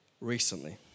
recently